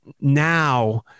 now